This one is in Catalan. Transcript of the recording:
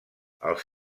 els